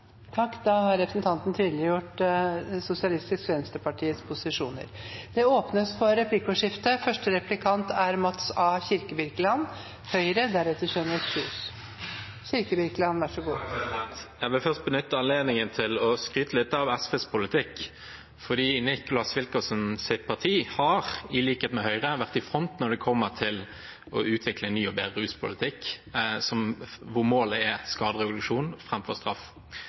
Representanten Nicholas Wilkinson har tatt opp de forslagene han refererte til. Det blir replikkordskifte. Jeg vil først benytte anledningen til å skryte litt av SVs politikk, for Nicolas Wilkinsons parti har, i likhet med Høyre, vært i front når det gjelder å utvikle en ny og bedre ruspolitikk, hvor målet er skadereduksjon framfor straff.